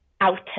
outer